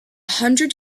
hundred